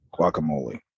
Guacamole